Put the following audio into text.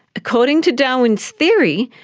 according to darwin's theory,